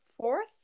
fourth